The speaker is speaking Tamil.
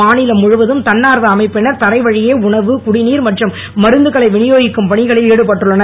மாநிலம் முழுவதும் தன்னார்வ அமைப்பினர் தரைவழியே உணவு குடிநீர் மற்றும் மருந்துகளை விநியோகிக்கும் பணியில் ஈடுபட்டுள்ளனர்